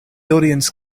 audience